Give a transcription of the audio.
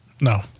No